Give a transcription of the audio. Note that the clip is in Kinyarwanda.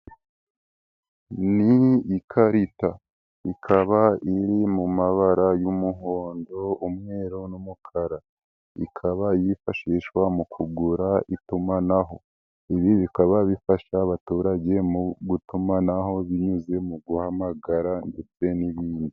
Ni ikarita. Ikaba iri mu mabara y'umuhondo, umweru n'umukara. Ikaba yifashishwa mu kugura itumanaho. Ibi bikaba bifasha abaturage mu gutumanaho binyuze mu guhamagara ndetse n'ibindi.